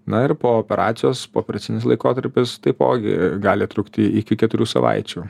na ir po operacijos pooperacinis laikotarpis taipogi gali trukti iki keturių savaičių